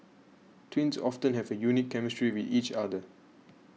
twins often have a unique chemistry with each other